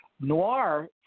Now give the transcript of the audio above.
Noir